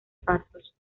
pasos